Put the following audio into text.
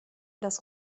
das